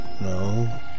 No